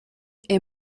est